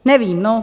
Nevím, no.